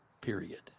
Period